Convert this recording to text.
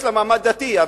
יש לה מעמד דתי.